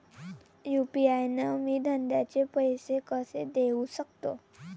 UPI न मी धंद्याचे पैसे कसे देऊ सकतो?